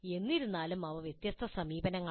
എന്നിരുന്നാലും അവ വ്യത്യസ്തമായ സമീപനങ്ങളാണ്